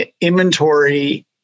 inventory